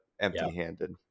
empty-handed